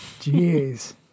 jeez